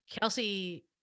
Kelsey